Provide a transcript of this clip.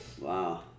Wow